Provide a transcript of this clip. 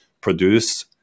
produce